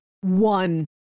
one